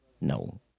No